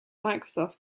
microsoft